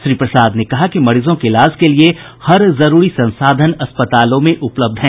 उन्होंने कहा कि मरीजों के इलाज के लिये हर जरूरी संसाधन अस्पतालों में उपलब्ध हैं